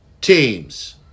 teams